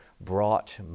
brought